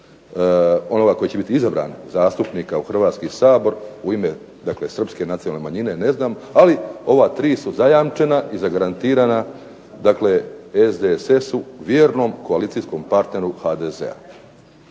onoga koji će biti izabran zastupnika u Hrvatski sabor u ime dakle srpske nacionalne manjine ne znam, ali ova tri su zajamčena i zagarantirana dakle SDSS-u vjernom koalicijskom partneru HDZ-a.